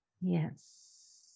Yes